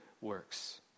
works